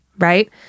Right